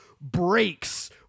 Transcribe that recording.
breaks